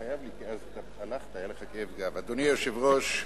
אדוני היושב-ראש,